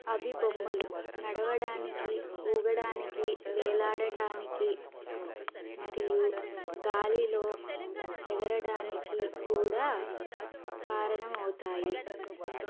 అవి బొమ్మలు నడవడానికి ఊగడానికి వేలాడటానికి మరియు గాలిలో ఎగరడానికి కూడా కారణమవుతాయి